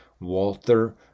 Walter